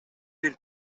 бир